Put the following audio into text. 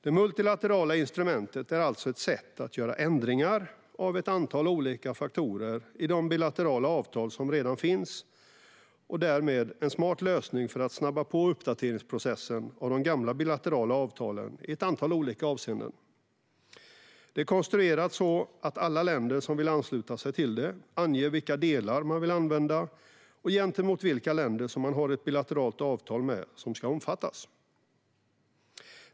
Det multilaterala instrumentet är alltså ett sätt att göra ändringar av ett antal olika faktorer i de bilaterala avtal som redan finns. Det är därmed en smart lösning för att snabba på uppdateringsprocessen för de gamla bilaterala avtalen i ett antal olika avseenden. Det är konstruerat så att alla länder som vill ansluta sig till det anger vilka delar man vill använda och vilka länder som man har ett bilateralt avtal med som ska omfattas.